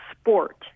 sport